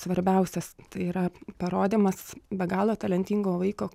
svarbiausias tai yra parodymas be galo talentingo vaiko